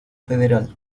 federal